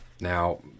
Now